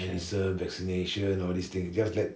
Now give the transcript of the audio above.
medicine vaccination all these thing they have like